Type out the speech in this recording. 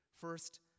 first